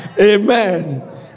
Amen